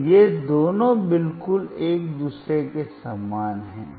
तो ये दोनों बिल्कुल एक दूसरे के समान हैं